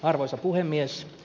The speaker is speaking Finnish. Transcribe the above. arvoisa puhemies